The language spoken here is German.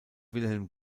wilhelm